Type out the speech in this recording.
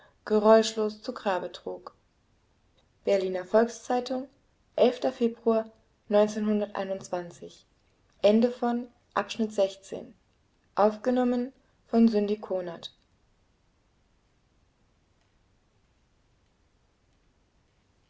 geräuschlos zu grabe trug berliner volks-zeitung februar